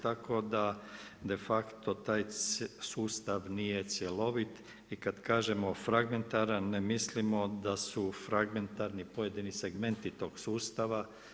Tako da de facto taj sustav nije cjelovit i kad kažemo fragmentaran ne mislimo da su fragmentarni pojedini segmenti tog sustava.